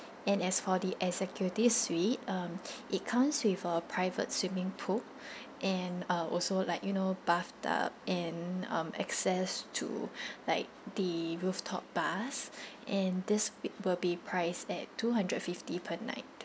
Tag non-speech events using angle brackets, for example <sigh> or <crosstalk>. and as for the executive suite um <breath> it comes with a private swimming pool <breath> and uh also like you know bathtub and um access to <breath> like the rooftop bars and this will be priced at two hundred fifty per night